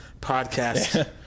podcast